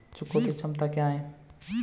चुकौती क्षमता क्या है?